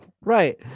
right